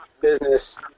business